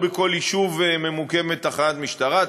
לא בכל יישוב ממוקמת תחנת משטרה,